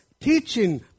teaching